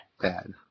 Bad